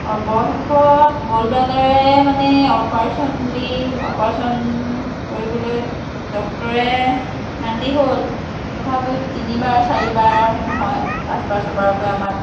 অৱশেষত গল ব্লাডাৰেই মানে অপাৰেচন বুলি অপাৰেচন কৰিবলৈ ডক্তৰে মান্তি হ'ল তথাপিও তিনিবাৰ চাৰিবাৰ নহয় পাঁচবাৰ ছয়বাৰকৈ আমাক